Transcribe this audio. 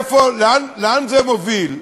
לאן זה מוביל?